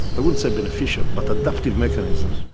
i wouldn't say beneficial but adaptive mechanism,